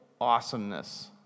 awesomeness